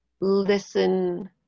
listen